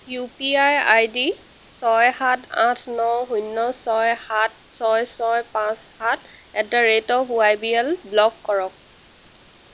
U P I I D ছয় সাত আঠ ন শূন্য ছয় সাত ছয় ছয় পাঁচ সাত at the rate of Y B L block কৰক